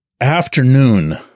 afternoon